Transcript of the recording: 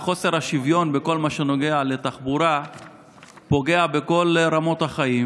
וחוסר השוויון בכל מה שנוגע לתחבורה פוגע בכל רמות החיים.